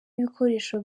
ibikoresho